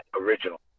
original